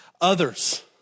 others